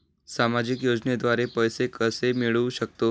सामाजिक योजनेद्वारे पैसे कसे मिळू शकतात?